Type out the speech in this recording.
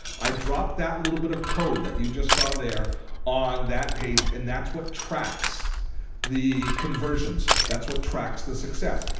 i drop that little bit of code that you just saw there on that page and that's what tracks the conversions. that's what tracks the success.